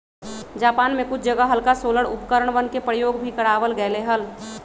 Japan में कुछ जगह हल्का सोलर उपकरणवन के प्रयोग भी करावल गेले हल